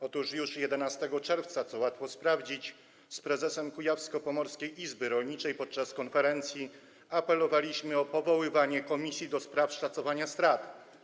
Otóż już 11 czerwca, co łatwo sprawdzić, z prezesem Kujawsko-Pomorskiej Izby Rolniczej podczas konferencji apelowaliśmy o powoływanie komisji do spraw szacowania strat.